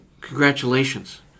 congratulations